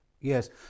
Yes